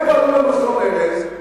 הם פעלו במחסום ארז,